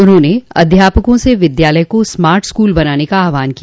उन्होंने अध्यापकों से विद्यालय को स्मार्ट स्कूल बनाने का आहवान किया